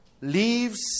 Leaves